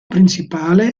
principale